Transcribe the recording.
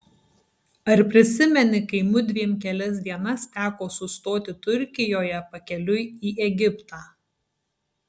ar prisimeni kai mudviem kelias dienas teko sustoti turkijoje pakeliui į egiptą